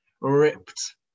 ripped